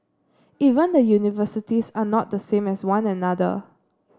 even the universities are not the same as one another